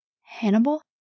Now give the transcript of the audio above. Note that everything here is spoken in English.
Hannibal